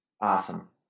awesome